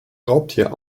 raubtier